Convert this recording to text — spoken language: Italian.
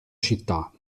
città